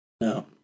No